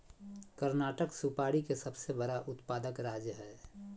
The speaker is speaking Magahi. कर्नाटक सुपारी के सबसे बड़ा उत्पादक राज्य हय